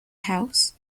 house